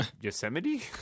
Yosemite